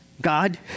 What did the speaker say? God